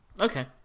Okay